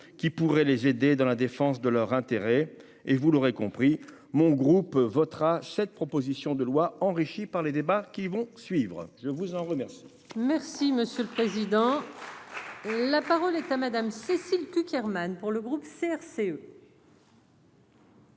qui pourraient les aider dans la défense de leur intérêt et vous l'aurez compris mon groupe votera cette proposition de loi enrichis par les débats qui vont suivre, je vous en remercie. Merci monsieur le président, la parole est à madame Cécile. Sherman pour le groupe CRCE.